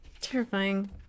Terrifying